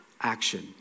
action